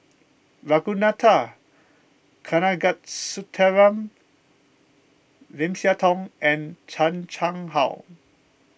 Ragunathar Kanagasuntheram Lim Siah Tong and Chan Chang How